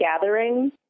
gathering